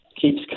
keeps